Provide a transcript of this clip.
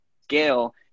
scale